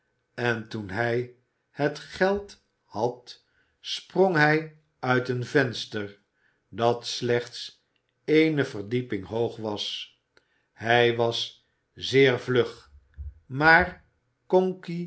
en toen hij het geld had sprong hij uit een venster dat slechts ééne verdieping hoog was hij was zeer vlug maar